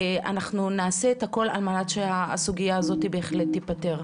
ואנחנו נעשה את הכל על מנת שהסוגיה הזאת בהחלט תיפתר.